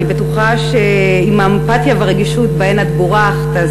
אני בטוחה שעם האמפתיה והרגישות שבהן את בורכת,